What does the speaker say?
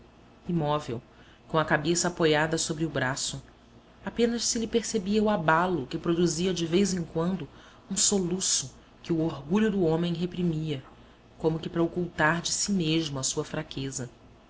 imóvel com a cabeça apoiada sobre o braço apenas se lhe percebia o abalo que produzia de vez em quando um soluço que o orgulho do homem reprimia como que para ocultar de si mesmo a sua fraqueza